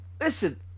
Listen